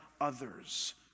others